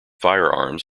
firearms